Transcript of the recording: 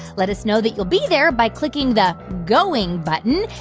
let us know that you'll be there by clicking the going button,